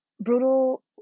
brutal